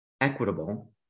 equitable